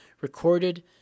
recorded